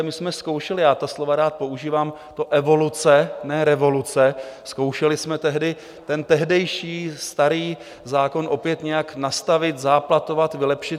My jsme zkoušeli já ta slova rád používám, to evoluce, ne revoluce zkoušeli jsme tehdy ten tehdejší starý zákon opět nějak nastavit, záplatovat, vylepšit.